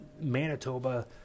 Manitoba